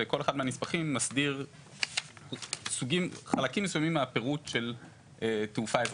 וכל אחד מהנספחים מסדיר חלקים מסוימים מהפירוט של תעופה אזרחית.